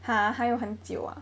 !huh! 还有很久啊